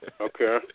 Okay